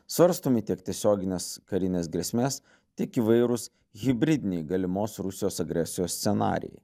svarstomi tiek tiesioginės karines grėsmės tiek įvairūs hibridiniai galimos rusijos agresijos scenarijai